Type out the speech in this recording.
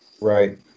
Right